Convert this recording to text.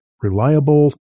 reliable